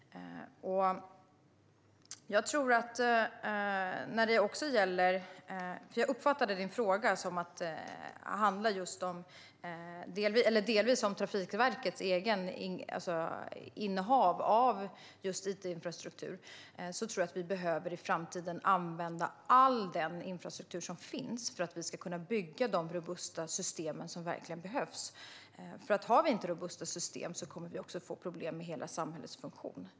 Jag uppfattade att Anders Åkessons fråga delvis handlade om Trafikverkets innehav av just it-infrastruktur. Jag tror att vi i framtiden behöver använda all den infrastruktur som finns så att vi kan bygga de robusta system som verkligen behövs. Om vi inte har robusta system kommer vi att få problem med hela samhällets funktion.